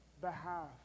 behalf